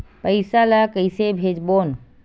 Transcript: पईसा ला कइसे भेजबोन?